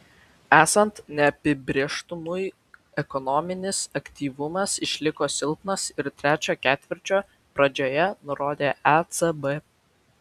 esant neapibrėžtumui ekonominis aktyvumas išliko silpnas ir trečio ketvirčio pradžioje nurodė ecb